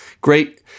great